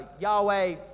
Yahweh